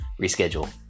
reschedule